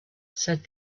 said